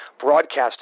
Broadcasting